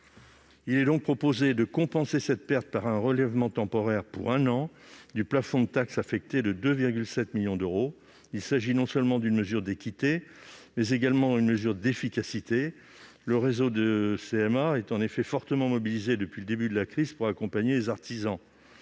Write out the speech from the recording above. Il est proposé de compenser cette perte par un relèvement temporaire, pour un an, du plafond de taxes affectées de 2,7 millions d'euros. Il s'agit d'une mesure d'équité, mais également d'efficacité, le réseau des CMA étant fortement mobilisé depuis le début de la crise pour accompagner les artisans.